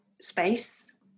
space